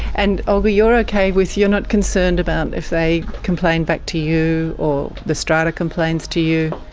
and olga you're okay with, you're not concerned about if they complain back to you or the strata complains to you?